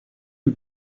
you